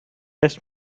just